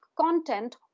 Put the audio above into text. content